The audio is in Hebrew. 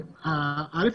א',